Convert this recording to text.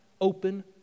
open